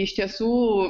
iš tiesų